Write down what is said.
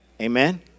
Amen